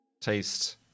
taste